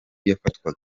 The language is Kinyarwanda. yafatwaga